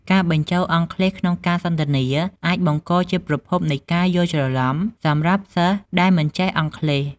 ការបញ្ចូលអង់គ្លេសក្នុងការសន្ទនាអាចបង្កជាប្រភពនៃការយល់ច្រឡំសម្រាប់សិស្សដែលមិនចេះអង់គ្លេស។